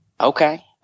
Okay